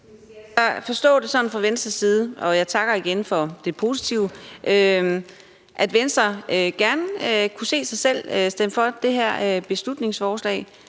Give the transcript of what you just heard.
så forstå det sådan fra Venstres side – og jeg takker igen for det positive – at Venstre godt kunne se sig selv stemme for det her beslutningsforslag,